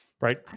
right